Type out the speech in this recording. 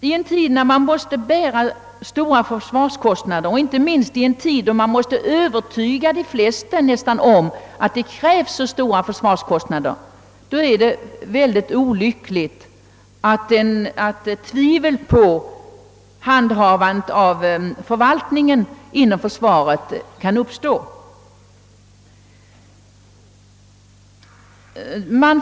I en tid när vi måste bära stora försvarskostnader och inte minst måste övertyga de flesta människor om att dessa stora kostnader är nödvändiga, är det mycket olyckligt att tvivel på handhavandet av förvaltningen inom försvaret kan uppstå.